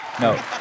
No